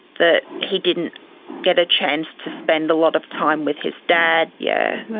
that he didn't get a chance to spend a lot of time with his dad, yeah.